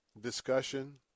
discussion